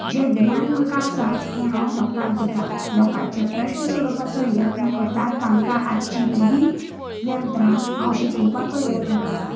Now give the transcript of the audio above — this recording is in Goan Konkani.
जे ज्ञान म्हाका आसा तें हांव लोकांक दितां लोकांचे प्रश्न सोडोवपाचे यत्न करतां तांकां आयची नवीन यंत्रां हांव शिकोपाचो यत्न करतां